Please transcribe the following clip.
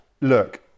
look